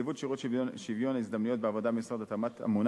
נציבות שוויון הזדמנויות בעבודה במשרד התמ"ת ממונה